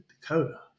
Dakota